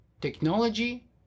Technology